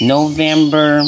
November